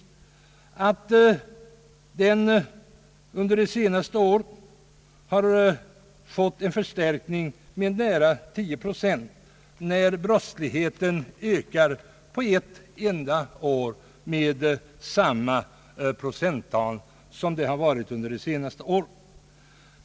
Det räcker inte att polisen under de senaste åren fått en förstärkning med nära 10 procent, när brottsligheten på ett enda år ökar med samma procenttal, vilket varit fallet under de senaste åren.